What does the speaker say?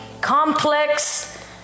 complex